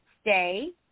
stay